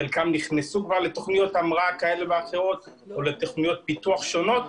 חלקן נכנסו כבר לתוכניות המראה כאלה ואחרות או לתוכניות פיתוח שונות.